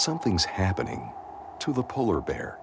something's happening to the polar bear